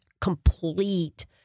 complete